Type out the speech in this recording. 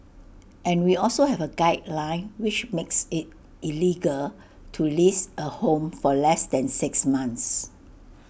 and we also have A guideline which makes IT illegal to lease A home for less than six months